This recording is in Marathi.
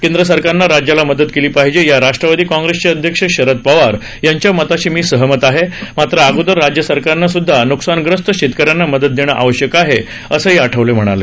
केंद्र सरकारनं राज्याला मदत केली पाहिजे या राष्ट्रवादी काँग्रेसचे अध्यक्ष शरद पवार यांच्या मताशी मी सहमत आहे मात्र अगोदर राज्य सरकारनं सुद्धा न्कसानग्रस्त शेतकऱ्यांना मदत देणं आवश्यक आहे असंही आठवले म्हणाले